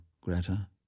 Greta